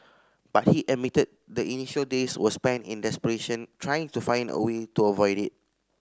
but he admitted the initial days were spent in desperation trying to find a way to avoid it